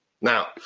now